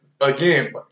again